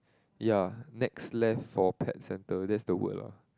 ya next left for pet centre that's the word lor